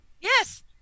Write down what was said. Yes